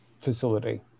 facility